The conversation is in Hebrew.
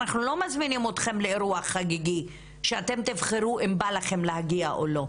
אנחנו לא מזמינים אתכם לאירוע חגיגי שאתם תבחרו אם בא לכם להגיע או לא.